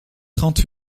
trente